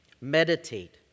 meditate